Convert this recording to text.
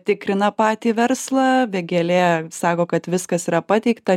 tikrina patį verslą vėgėlė sako kad viskas yra pateikta